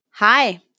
Hi